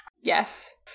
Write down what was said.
Yes